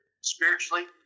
Spiritually